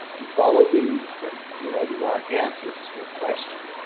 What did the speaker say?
you follow leads and you know you want answers to your questions.